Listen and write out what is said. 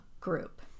Group